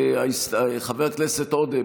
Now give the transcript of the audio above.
חבר הכנסת עודה,